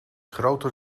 groter